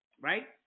Right